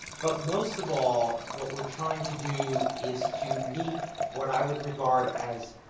but, most of all, what we're trying to do is to meet, what i would regard as,